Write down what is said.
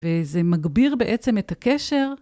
וזה מגביר בעצם את הקשר.